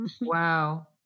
wow